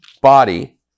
body